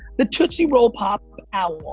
the tootsie roll pop owl.